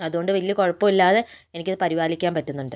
അതുകൊണ്ട് വലിയ കുഴപ്പമില്ലാതെ എനിക്കത് പരിപാലിക്കാൻ പറ്റുന്നുണ്ട്